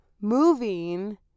moving